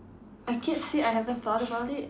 I can't say I haven't thought about it